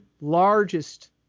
largest